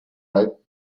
right